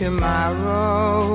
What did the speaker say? Tomorrow